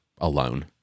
alone